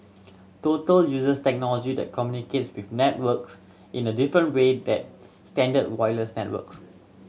total uses technology that communicates with networks in a different way than standard wireless networks